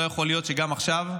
לא יכול להיות שגם עכשיו,